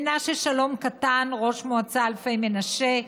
שלמה קטן, ראש מועצת אלפי מנשה,